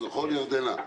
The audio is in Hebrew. נכון, ירדנה?